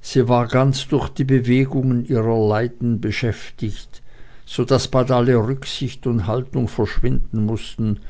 sie war ganz durch die bewegungen ihrer leiden beschäftigt so daß bald alle rücksicht und haltung verschwinden mußten